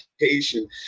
education